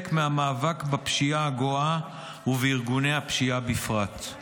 מהמאבק בפשיעה הגואה ובארגוני הפשיעה בפרט.